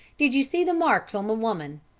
did you see the marks on the woman?